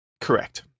Correct